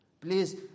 Please